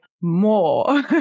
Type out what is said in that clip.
more